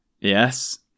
yes